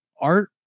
art